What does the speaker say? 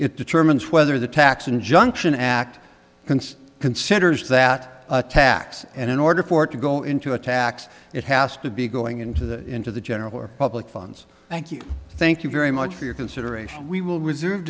it determines whether the tax injunction act consider considers that a tax and in order for it to go into a tax it has to be going into the into the general public funds thank you thank you very much for your consideration we will reserve